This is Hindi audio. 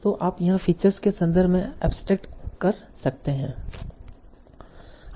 तो आप यहाँ फीचर्स के संदर्भ में एब्सट्रैक्ट कर सकते हैं